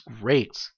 great